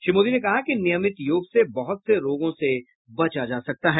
श्री मोदी ने कहा कि नियमित योग से बहुत से रोगों से बचा जा सकता है